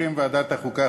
בשם ועדת החוקה,